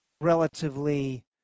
relatively